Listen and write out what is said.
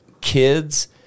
kids